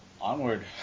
onward